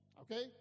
Okay